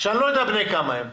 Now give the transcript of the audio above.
שאני לא יודע בני כמה הם,